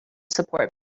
support